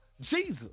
Jesus